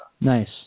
Nice